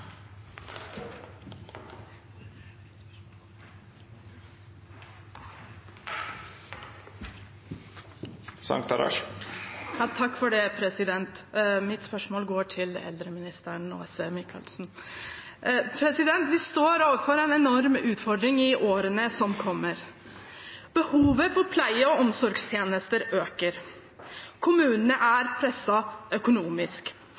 Mitt spørsmål går til eldreminister Åse Michaelsen. Vi står overfor en enorm utfordring i årene som kommer. Behovet for pleie- og omsorgstjenester øker. Kommunene er presset økonomisk.